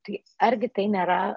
tai argi tai nėra